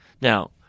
Now